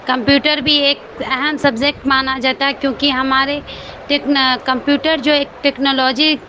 computer بھی ایک اہم سبجیکٹ مانا جاتا ہے کیونکہ ہمارے ٹیک کمپیوٹر جو ایک ٹیکنالوجی